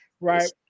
right